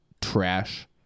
trash